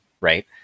right